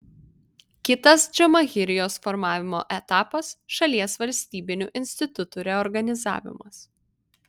kitas džamahirijos formavimo etapas šalies valstybinių institutų reorganizavimas